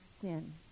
sin